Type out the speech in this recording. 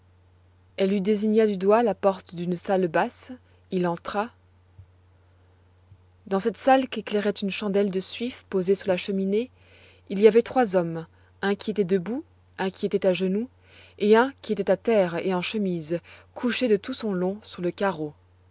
elle lui désigna du doigt la porte d'une salle basse il entra dans cette salle qu'éclairait une chandelle de suif posée sur la cheminée il y avait trois hommes un qui était debout un qui était à genoux et un qui était à terre et en chemise couché tout de son long sur le carreau